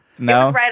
No